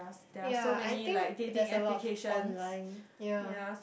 yea I think there is a lot of online yea